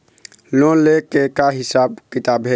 Loan ले के का हिसाब किताब हे?